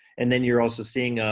and then you're also seeing,